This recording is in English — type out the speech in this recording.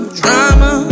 drama